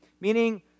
meaning